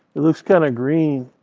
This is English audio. it looks kind of green.